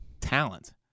talent